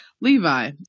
Levi